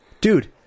dude